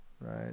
Right